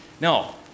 No